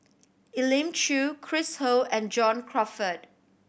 Elim Chew Chris Ho and John Crawfurd